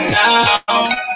now